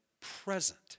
present